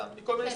הטענה.